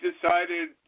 decided